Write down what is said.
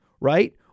right